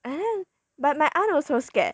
and then but my aunt also scared